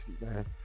man